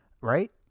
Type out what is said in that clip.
Right